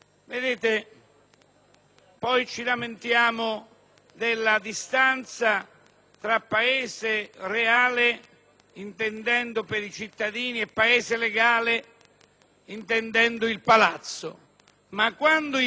Poi ci lamentiamo della distanza tra Paese reale, intendendo i cittadini, e Paese legale, intendendo il Palazzo. Ma quando il Palazzo